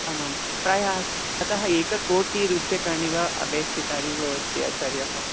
आमां प्रायः अतः एककोटिरूप्यकाणि वा अपेक्षितानि भवन्ति आचार्याः